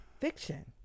fiction